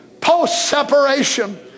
post-separation